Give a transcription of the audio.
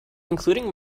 including